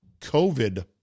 COVID